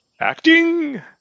acting